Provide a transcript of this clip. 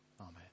Amen